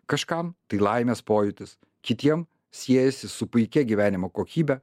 kažkam tai laimės pojūtis kitiem siejasi su puikia gyvenimo kokybe